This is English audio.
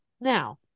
now